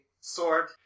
sword